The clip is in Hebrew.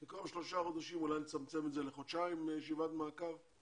במקום שלושה חודשים אולי לצמצם את זה לחודשיים לישיבת מעקב.